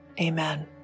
amen